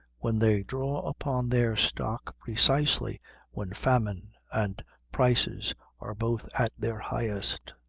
when they draw upon their stock precisely when famine and prices are both at their highest.